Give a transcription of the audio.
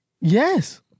Yes